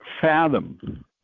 fathom